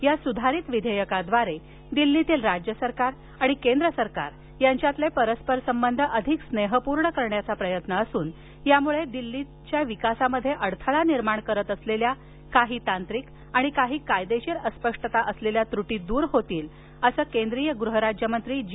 या सुधारित विधेयकाद्वारे दिल्लीतील राज्य सरकार आणि केंद्रसरकार यांच्यातील परस्पर संबंध अधिक स्नेहपूर्ण करण्याचा प्रयत्न असून यामुळे दिल्लीच्या विकासामध्ये अडथळा निर्माण करत असलेल्या काही तांत्रिक आणि कायदेशीर अस्पष्टता असलेल्या त्रुटी दूर होतील असं केंद्रीय गृहराज्यमंत्री जी